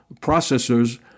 processors